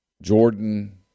Jordan